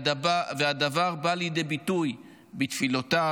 והדבר בא לידי ביטוי בתפילותיו,